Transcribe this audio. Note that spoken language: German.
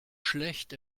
schlecht